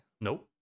nope